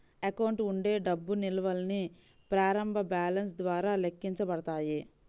account ఉండే డబ్బు నిల్వల్ని ప్రారంభ బ్యాలెన్స్ ద్వారా లెక్కించబడతాయి